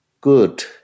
good